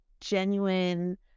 genuine